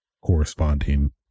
corresponding